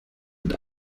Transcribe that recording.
wird